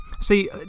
see